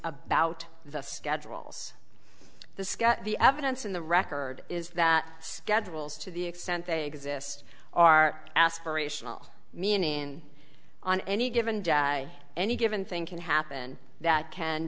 about the schedules the sketch the evidence in the record is that schedules to the extent they exist are aspirational meaning in on any given day any given thing can happen that can